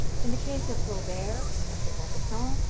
in the case of flaubert, of de maupassant,